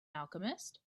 alchemist